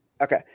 Okay